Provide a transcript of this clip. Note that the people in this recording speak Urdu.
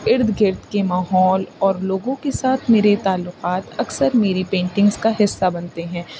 ارد گرد کے ماحول اور لوگوں کے ساتھ میرے تعلقات اکثر میری پینٹنگس کا حصہ بنتے ہیں